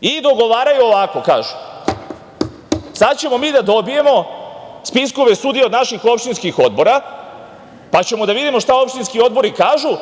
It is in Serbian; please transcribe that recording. i dogovaraju ovako i kažu – sad ćemo mi da dobijemo spiskove sudija od naših opštinskih odbora, pa ćemo da vidimo šta opštinski odbori kažu,